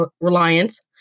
Reliance